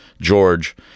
George